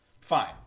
Fine